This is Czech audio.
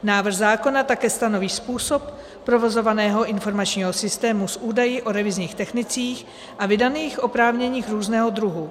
Návrh zákona také stanoví způsob provozovaného informačního systému s údaji o revizních technicích a vydaných oprávněních různého druhu.